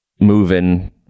moving